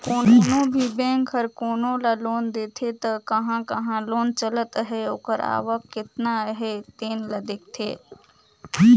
कोनो भी बेंक हर कोनो ल लोन देथे त कहां कहां लोन चलत अहे ओकर आवक केतना अहे तेन ल देखथे